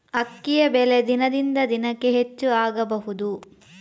ಅಕ್ಕಿಯ ಬೆಲೆ ದಿನದಿಂದ ದಿನಕೆ ಹೆಚ್ಚು ಆಗಬಹುದು?